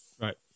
Right